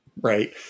right